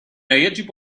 يجب